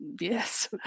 Yes